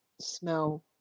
smell